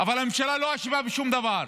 אבל הממשלה לא אשמה בשום דבר.